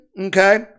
Okay